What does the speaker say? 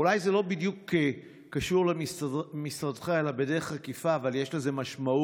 אולי זה לא בדיוק קשור למשרדך אלא בדרך עקיפה אבל יש לזה משמעות: